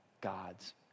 God's